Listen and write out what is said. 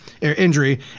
injury